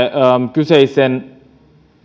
kyseisen